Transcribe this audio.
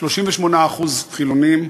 38% חילונים,